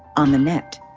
on the net.